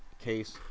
case